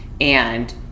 and-